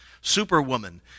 Superwoman